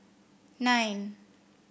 nine